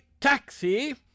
taxi